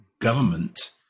government